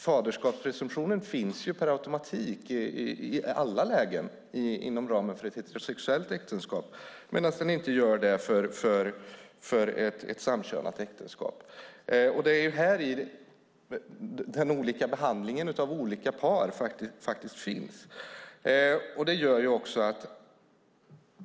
Faderskapspresumtionen finns ju per automatik i alla lägen inom ramen för ett heterosexuellt äktenskap, medan den inte gör det när det gäller ett samkönat äktenskap. Det är häri den olika behandlingen av olika par faktiskt finns.